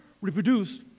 reproduce